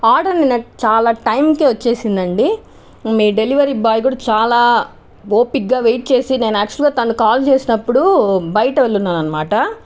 order నాకు చాలా టైమ్కే వచ్చేసిందండీ మీ డెలివరీ బాయ్ కూడా చాలా ఓపికగా వెయిట్ చేసి నేను యాక్చువల్గా తను కాల్ చేసినపుడు బయట వెళ్ళున్నాను అనమాట